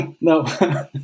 No